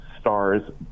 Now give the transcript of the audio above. stars